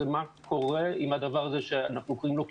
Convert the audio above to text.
זה מה קורה עם הדבר הזה שאנחנו קוראים לו כיבוש.